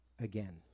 again